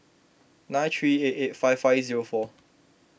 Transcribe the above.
nine three eight eight five five zero four